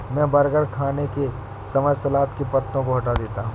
मैं बर्गर खाने के समय सलाद के पत्तों को हटा देता हूं